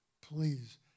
Please